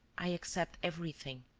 i accept everything.